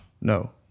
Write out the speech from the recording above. No